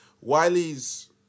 wiley's